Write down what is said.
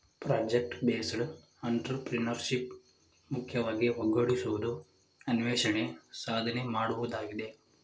project based entrepreneurship ಮುಖ್ಯವಾಗಿ ಒಗ್ಗೂಡಿಸುವುದು, ಅನ್ವೇಷಣೆ, ಸಾಧನೆ ಮಾಡುವುದಾಗಿದೆ